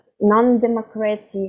non-democratic